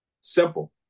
Simple